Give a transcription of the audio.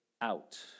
out